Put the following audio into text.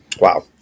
Wow